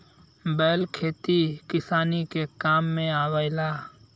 बैल खेती किसानी के काम में आवेला